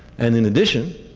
and in addition,